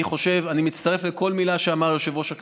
אני מצטרף לכל מילה שאמר יושב-ראש הכנסת: